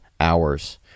hours